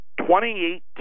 2018